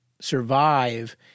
survive